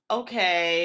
okay